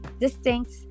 distinct